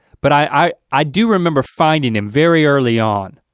but i i do remember finding him very early on,